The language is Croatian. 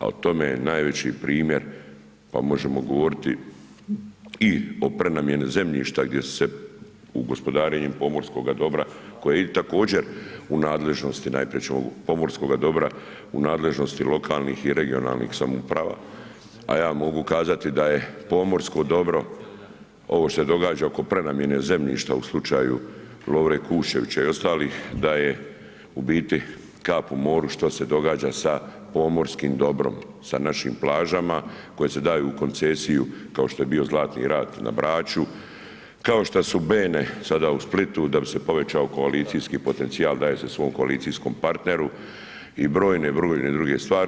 Al tome je najveći primjer pa možemo govoriti i o prenamjeni zemljišta gdje su se u gospodarenju pomorskoga dobra koje je također u nadležnosti, najprije ćemo, pomorskoga u nadležnosti lokalnih i regionalnih samouprava, a ja mogu kazati da je pomorsko dobro ovo što se događa oko prenamjene zemljišta u slučaju Lovre Kuščevića i ostalih da je u biti kap u moru šta se događa sa pomorskim dobrom, sa našim plažama koje se daju u koncesiju kao što je bio Zlatni rat na Braču, kao šta su Bene sada u Splitu da bi se povećao koalicijski potencijal daje se svom koalicijskom partneru i brojne, brojne druge stvari.